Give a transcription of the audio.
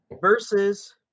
Versus